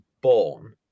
born